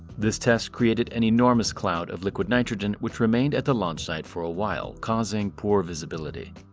this test created an enormous cloud of liquid nitrogen which remained at the launch site for a while, causing poor visibility.